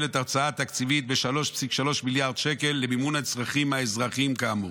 את ההוצאה התקציבית ב-3.3 מיליארד שקל למימון הצרכים האזרחיים כאמור.